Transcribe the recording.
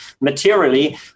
materially